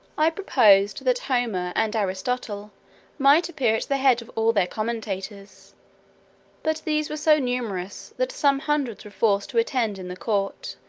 i proposed that homer and aristotle might appear at the head of all their commentators but these were so numerous, that some hundreds were forced to attend in the court,